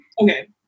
Okay